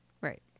Right